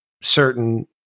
certain